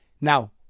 Now